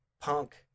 punk